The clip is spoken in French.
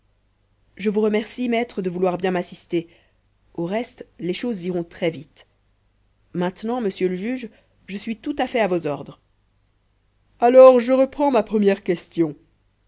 je vous remercie maître de vouloir bien m'assister en reste les choses iront très vite maintenant monsieur le juge je suis tout à fait à vos ordres alors je reprends ma première question